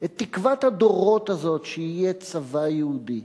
את תקוות הדורות הזאת שיהיה צבא יהודי,